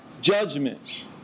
judgment